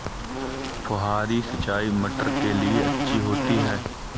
फुहारी सिंचाई मटर के लिए अच्छी होती है?